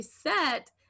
set